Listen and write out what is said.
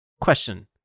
Question